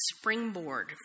springboard